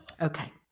Okay